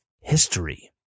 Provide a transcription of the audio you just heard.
history